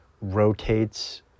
rotates